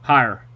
Higher